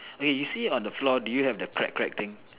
wait you see on the floor do you have the crack crack thing